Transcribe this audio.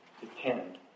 depend